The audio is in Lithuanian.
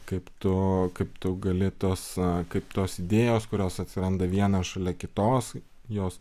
kaip tu kaip tu gali tos kaip tos idėjos kurios atsiranda viena šalia kitos jos